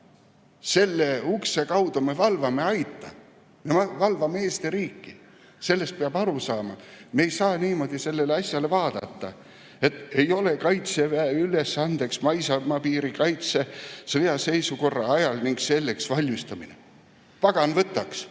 Selle ukse kaudu me valvame aita, me valvame Eesti riiki. Sellest peab aru saama. Me ei saa niimoodi sellele asjale vaadata, et ei ole Kaitseväe ülesanne maismaapiiri kaitse sõjaseisukorra ajal ning selleks valmistumine. Pagan võtaks,